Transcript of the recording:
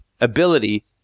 ability